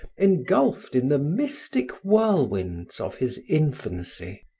engulfed in the mystic whirlwinds of his infancy.